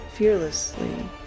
Fearlessly